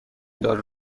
دارو